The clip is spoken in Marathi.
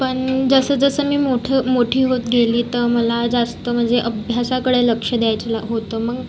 पण जसं जसं मी मोठमोठी होत गेली तर मला जास्त म्हणजे अभ्यासाकडे लक्ष द्यायला होतं मग